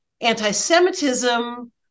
anti-Semitism